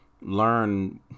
learn